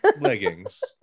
leggings